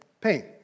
pain